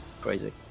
crazy